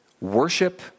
worship